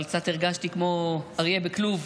אבל קצת הרגשתי כמו אריה בכלוב,